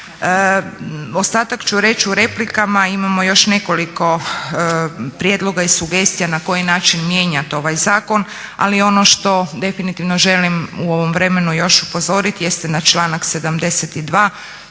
Ostatak ću reći u replikama, imamo još nekoliko prijedloga i sugestija na koji način mijenjat ovaj zakon, ali ono što definitivno želim u ovom vremenu još upozorit jeste na članak 72.